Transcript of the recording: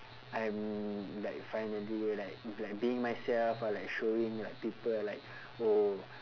I'm like finally like like being myself or like showing like people like oh